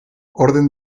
orden